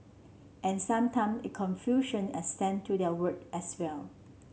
and sometime that confusion extend to their work as well